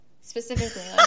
Specifically